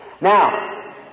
Now